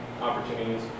opportunities